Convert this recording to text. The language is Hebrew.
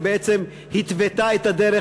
ובעצם התוותה את הדרך,